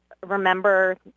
remember